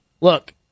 look